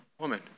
Woman